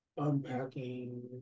unpacking